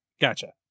Gotcha